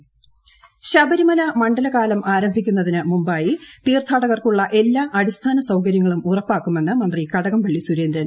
ശബരിമല ശബരിമല മണ്ഡലകാലം ്ആരട്ടിക്കുന്നതിന് മുമ്പായി തീർത്ഥാടകർ ക്കുള്ള എല്ലാ അടിസ്ക്കുന് സൌകര്യങ്ങളും ഉറപ്പാക്കുമെന്ന് മന്ത്രി കടകംപള്ളി സൂരേന്ദ്രൻ